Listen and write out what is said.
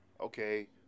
okay